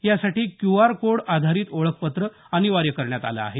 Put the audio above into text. यासाठी Q R code आधारित ओळखपत्र अनिवार्य करण्यात आलं आहे